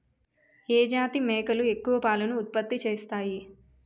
ఏ జాతి మేకలు ఎక్కువ పాలను ఉత్పత్తి చేస్తాయి?